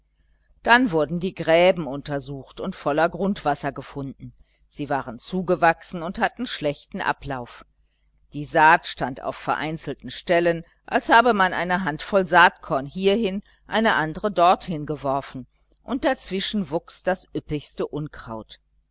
dann wurden die gräben untersucht und voller grundwasser gefunden sie waren zugewachsen und hatten schlechten ablauf die saat stand auf vereinzelten stellen als habe man eine handvoll saatkorn hierhin eine andre dorthin geworfen und dazwischen wuchs das üppigste unkraut